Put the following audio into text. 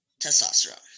testosterone